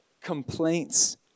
complaints